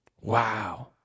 Wow